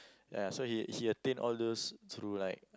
ya so he he attained all those through like